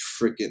freaking